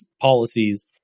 policies